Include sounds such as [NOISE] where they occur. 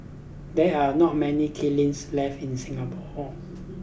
there are not many [UNINTELLIGIBLE] left in Singapore